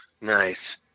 Nice